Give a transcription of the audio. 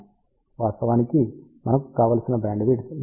వాస్తవానికి మనకు కావలసిన బ్యాండ్విడ్త్ 40 MHz కంటే ఎక్కువ